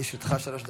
לרשותך שלוש דקות,